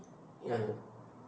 oh